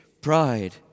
pride